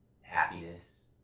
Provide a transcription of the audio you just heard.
happiness